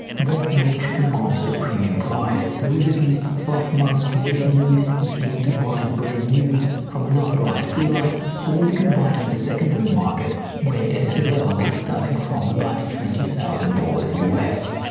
that watch commands a premium price there is at least twelve months waiting list if you want to buy it brand new from an authorized dealer or you can buy it on a secondary market where it is available starting from about twenty thousand dollars us.